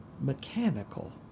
mechanical